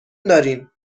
داریم